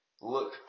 look